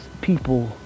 people